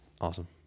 Awesome